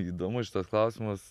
įdomus šitas klausimas